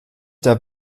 der